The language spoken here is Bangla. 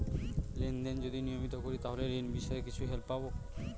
লেন দেন যদি নিয়মিত করি তাহলে ঋণ বিষয়ে কিছু হেল্প পাবো?